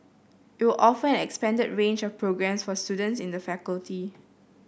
it will offer an expanded range of programmes for students in the faculty